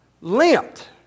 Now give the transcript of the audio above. Limped